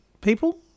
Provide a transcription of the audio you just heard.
people